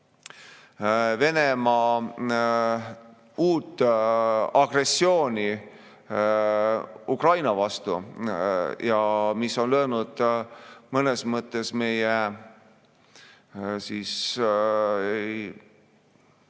Venemaa uut agressiooni Ukraina vastu ja on löönud mõnes mõttes meie hinnad